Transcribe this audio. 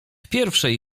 pierwszej